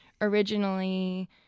originally